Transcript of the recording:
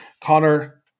Connor